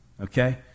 okay